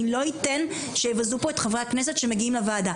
אני לא אתן שיבזו פה את חברי כנסת שמגיעים לוועדה.